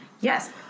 yes